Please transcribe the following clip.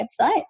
website